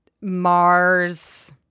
mars